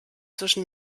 zwischen